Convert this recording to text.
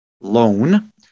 loan